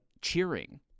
cheering